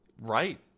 Right